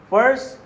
First